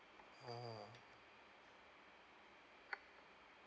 mm